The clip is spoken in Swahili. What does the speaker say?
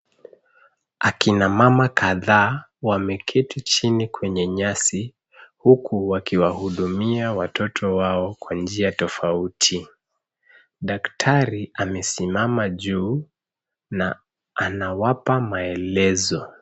Akina mama kadhaa wameketi chini kwenye nyasi huku wakiwahudumia watoto wao kwa njia tofauti. Daktari amesimama juu na anawapa maelezo.